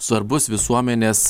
svarbus visuomenės